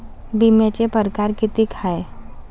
बिम्याचे परकार कितीक हाय?